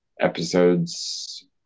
episodes